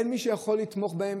אין מי שיכול לתמוך בהם,